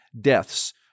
deaths